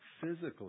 physically